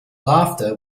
laughter